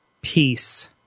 peace